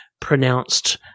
pronounced